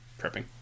prepping